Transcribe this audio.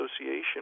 association